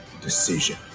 decision